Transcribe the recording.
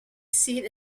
seat